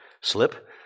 slip